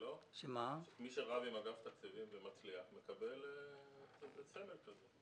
מי שרב עם אגף תקציבים ומצליח, מקבל סמל כזה.